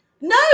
no